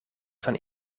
van